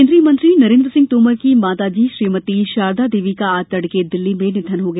निधन केन्द्रीय मंत्री नरेन्द्र सिंह तोमर की माताजी श्रीमती शारदा देवी का आज तड़के दिल्ली में निधन हो गया